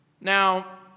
Now